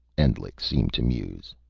endlich seemed to muse.